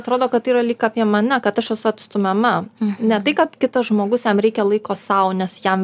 atrodo kad tai yra lyg apie mane kad aš esu atstumiama ne tai kad kitas žmogus jam reikia laiko sau nes jam